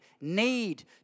need